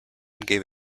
gave